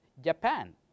Japan